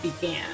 began